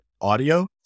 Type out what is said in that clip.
audio